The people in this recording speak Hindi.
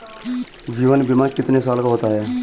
जीवन बीमा कितने साल का होता है?